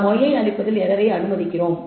நாம் yi யைப் அளிப்பதில் எரரை அனுமதிக்கிறோம்